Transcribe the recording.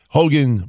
Hogan